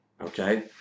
okay